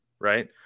right